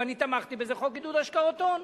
ואני תמכתי בזה חוק עידוד השקעות הון,